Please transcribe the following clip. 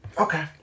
Okay